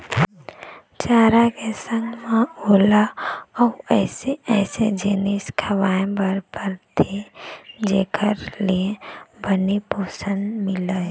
चारा के संग म ओला अउ अइसे अइसे जिनिस खवाए बर परथे जेखर ले बने पोषन मिलय